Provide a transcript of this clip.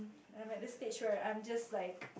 I'm at the stage where I'm just like